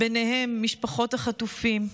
ובהם משפחות החטופים.